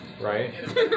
right